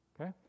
okay